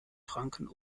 franken